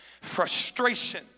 frustration